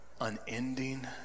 unending